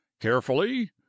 carefully